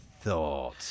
thought